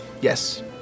Yes